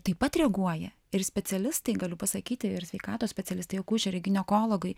taip pat reaguoja ir specialistai galiu pasakyti ir sveikatos specialistai akušeriai ginekologai